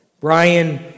Brian